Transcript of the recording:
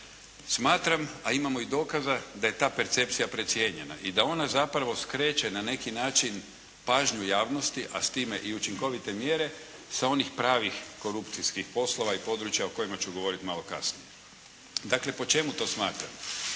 Smatram a imamo i dokaza da je ta percepcija precijenjena i da ona zapravo skreće na neki način pažnju javnosti a s time i učinkovite mjere sa onih pravih korupcijskih poslova i područja o kojima ću govoriti malo kasnije. Dakle po čemu to smatram?